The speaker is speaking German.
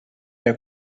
der